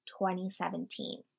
2017